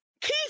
Keith